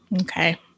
Okay